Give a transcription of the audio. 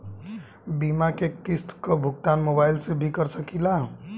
बीमा के किस्त क भुगतान मोबाइल से भी कर सकी ला?